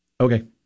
Okay